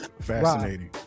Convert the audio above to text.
Fascinating